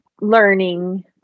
learning